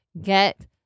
get